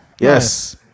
yes